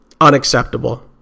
Unacceptable